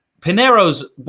Pinero's